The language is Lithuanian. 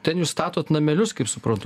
ten jūs statot namelius kaip suprantu